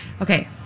Okay